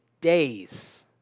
days